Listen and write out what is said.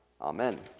Amen